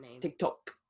TikTok